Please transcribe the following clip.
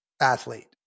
athlete